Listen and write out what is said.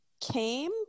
came